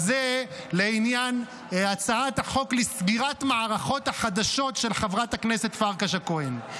אז זה לעניין הצעת החוק לסגירת מערכות החדשות של חברת הכנסת פרקש הכהן.